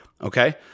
Okay